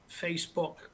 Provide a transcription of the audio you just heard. Facebook